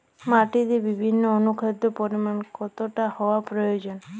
মাটিতে বিভিন্ন অনুখাদ্যের পরিমাণ কতটা হওয়া প্রয়োজন?